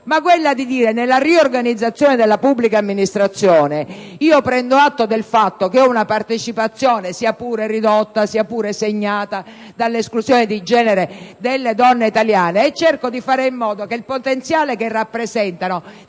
è quello di prendere atto, nella riorganizzazione della pubblica amministrazione, della partecipazione, sia pure ridotta e sia pure segnata dall'esclusione di genere, delle donne italiane e cercare di fare in modo che il potenziale che rappresentano